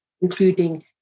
including